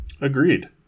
Agreed